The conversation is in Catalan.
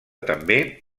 també